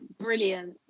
brilliant